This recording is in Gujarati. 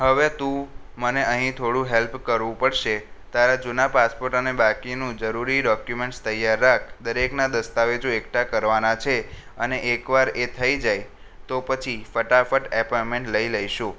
હવે તું મને અહી થોડું હેલ્પ કરવું પડશે તારા જૂના પાસપોર્ટ અને બાકીનું જરૂરી ડોક્યુમેન્ટ્સ તૈયાર રાખ દરેકનાં દસ્તાવેજો એકઠા કરવાનાં છે અને એક વાર એ થઈ જાય તો પછી ફટાફટ એપોઈમેન્ટ લઈ લઈશું